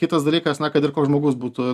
kitas dalykas na kad ir koks žmogus būtų